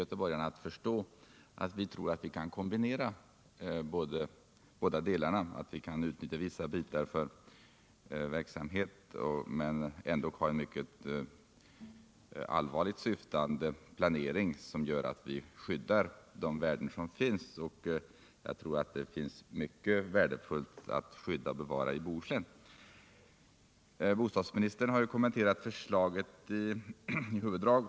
göteborgarna, att förstå att det går att kombinera, att utnyttja vissa delar för verksamhet och ändå ha en mycket allvarligt syftande planering för att skydda de värden som finns — och vi har mycket värdefullt att skydda och bevara i Bohuslän. Bostadsministern har kommenterat förslaget i dess huvuddrag.